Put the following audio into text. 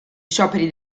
scioperi